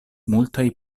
multaj